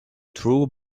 throw